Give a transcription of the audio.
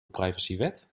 privacywet